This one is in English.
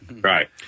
Right